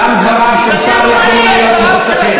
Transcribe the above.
גם דבריו של שר יכולים להיות מחוצפים.